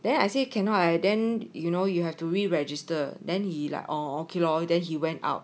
then I say cannot leh then you know you have to re-register then he like orh okay lor then he went out